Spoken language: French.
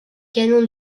canons